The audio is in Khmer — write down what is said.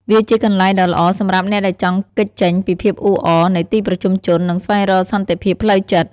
វាជាកន្លែងដ៏ល្អសម្រាប់អ្នកដែលចង់គេចចេញពីភាពអ៊ូអរនៃទីប្រជុំជន និងស្វែងរកសន្តិភាពផ្លូវចិត្ត។